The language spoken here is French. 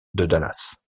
dallas